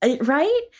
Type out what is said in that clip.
Right